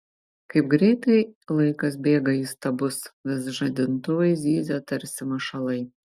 kaip greitai laikas bėga įstabus vis žadintuvai zyzia tarsi mašalai